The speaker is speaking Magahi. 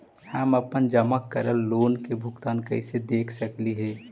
हम अपन जमा करल लोन के भुगतान कैसे देख सकली हे?